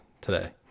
today